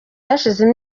hashize